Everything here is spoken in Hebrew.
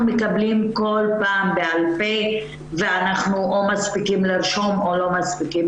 מקבלים כל פעם בעל פה ואנחנו או מספיקים לרשום או לא מספיקים.